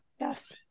yes